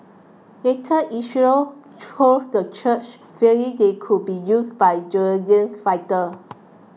later Israel closed the church fearing they would be used by Jordanian fighter